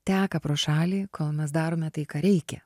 teka pro šalį kol mes darome tai ką reikia